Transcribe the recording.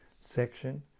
section